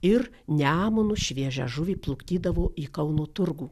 ir nemunu šviežią žuvį plukdydavo į kauno turgų